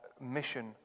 mission